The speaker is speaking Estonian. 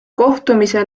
kohtumise